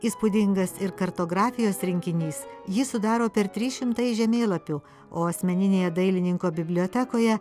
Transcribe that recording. įspūdingas ir kartografijos rinkinys jį sudaro per trys šimtai žemėlapių o asmeninėje dailininko bibliotekoje